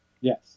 Yes